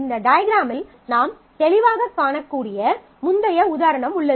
இந்த டயஃக்ராமில் நாம் தெளிவாகக் காணக்கூடிய முந்தைய உதாரணம் உள்ளது